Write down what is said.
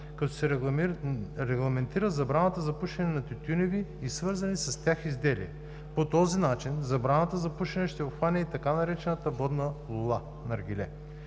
като се регламентира забраната за пушене на тютюневи и свързани с тях изделия. По този начин забраната за пушене ще обхване и така наречената „водна лула“ – наргиле.